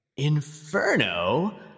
Inferno